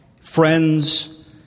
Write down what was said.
friends